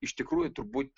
iš tikrųjų turbūt